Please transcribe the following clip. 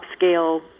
upscale